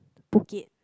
Phuket